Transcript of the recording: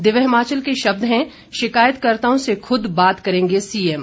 दिव्य हिमाचल के शब्द हैं शिकायतकर्ताओं से खूद बात करेंगे सीएम